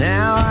Now